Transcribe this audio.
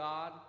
God